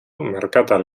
merkatal